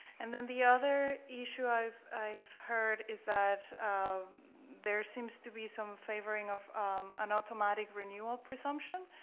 and then the other issue i've i've heard is that um there seems to be some favoring of an automatic renewal presumption.